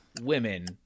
women